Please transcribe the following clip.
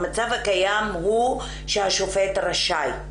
המצב הקיים הוא שהשופט רשאי.